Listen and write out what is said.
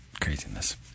craziness